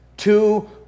two